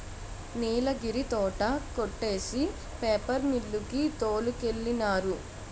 నీలగిరి తోట కొట్టేసి paper mill కి తోలికెళ్ళినారు